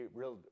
real